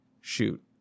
shoot